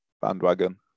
bandwagon